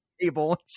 table